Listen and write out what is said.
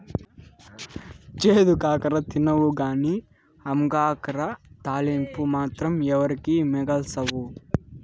చేదు కాకర తినవుగానీ అంగాకర తాలింపు మాత్రం ఎవరికీ మిగల్సవు